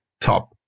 top